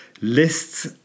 lists